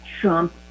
Trump